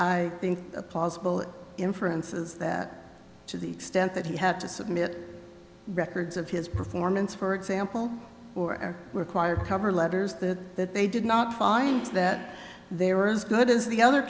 i think a plausible inference is that to the extent that he had to submit records of his performance for example or are required to cover letters that that they did not find that they are as good as the other